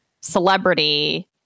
celebrity